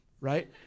right